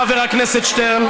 חבר הכנסת שטרן,